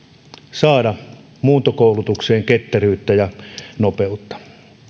saada muuntokoulutukseen ketteryyttä ja nopeutta